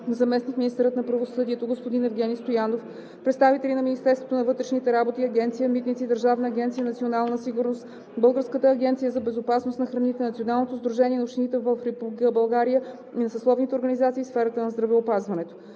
заместник-министърът на правосъдието господин Евгени Стоянов; представители на: Министерството на вътрешните работи, Агенция „Митници“, Държавна агенция „Национална сигурност“, Българската агенция за безопасност на храните, Националното сдружение на общините в Република България и на съсловните организации в сферата на здравеопазването.